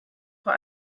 vor